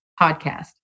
podcast